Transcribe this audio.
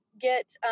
get